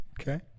okay